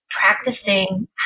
practicing